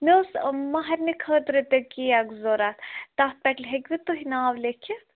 مےٚ اوس مَہرنہِ خٲطرٕ تہِ کیک ضروٗرت تَتھ پٮ۪ٹھ ہیٚکِوٕ تُہۍ ناو لیکھِتھ